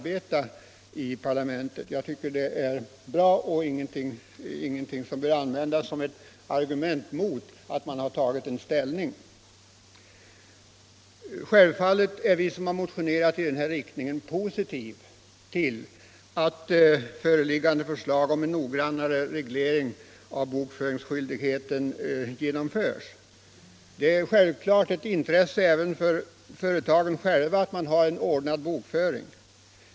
Det är ju så man bör arbeta i parlamentet, och det är ingenting som bör användas som ett argument mot att man tagit ställning på visst sätt. Självfallet är vi som har motionerat positiva till att föreliggande förslag om en noggrannare reglering av bokföringsskyldigheten genomförs. Det är givetvis ett intresse även för företagen själva att de har en ordnad bokföring.